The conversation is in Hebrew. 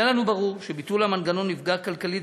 היה לנו ברור שביטול המנגנון יפגע כלכלית